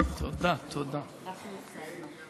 (חותם על ההצהרה)